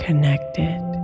Connected